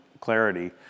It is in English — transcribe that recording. clarity